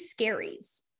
scaries